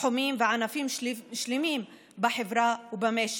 תחומים וענפים שלמים בחברה ובמשק,